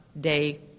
day